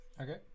Okay